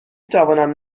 توانم